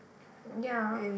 ya